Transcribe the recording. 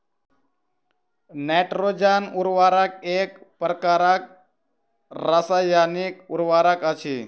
nitrogen उर्वरक एक प्रकारक रासायनिक उर्वरक अछि